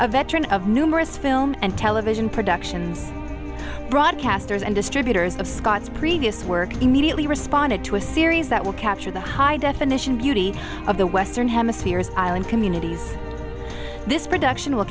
a veteran of numerous film and television productions broadcasters and distributors of scott's previous work immediately responded to a series that will capture the high definition beauty of the western hemisphere's island communities this production will